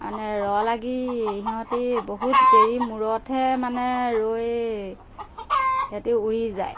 মানে ৰ লাগি সিহঁতি বহুত দেৰি মূৰতহে মানে ৰৈ সিহঁতি উৰি যায়